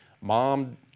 Mom